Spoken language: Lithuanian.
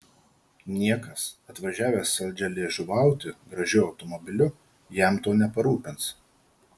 niekas atvažiavęs saldžialiežuvauti gražiu automobiliu jam to neparūpins